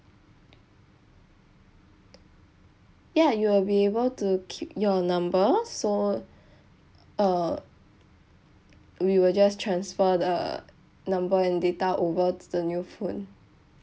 ya you will be able to keep your number so uh we will just transfer the number and data over to the new phone